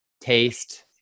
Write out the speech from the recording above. taste